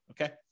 Okay